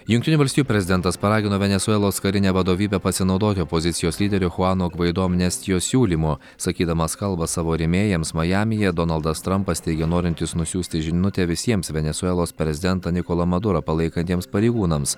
jungtinių valstijų prezidentas paragino venesuelos karinę vadovybę pasinaudoti opozicijos lyderio chuano gvaido amnestijos siūlymu sakydamas kalbą savo rėmėjams majamyje donaldas trampas teigia norintis nusiųsti žinutę visiems venesuelos prezidento nikolą madurą palaikantiems pareigūnams